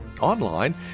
online